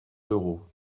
d’euros